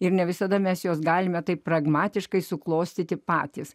ir ne visada mes juos galime taip pragmatiškai suklostyti patys